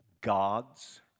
God's